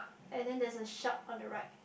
and then there's a shark on the right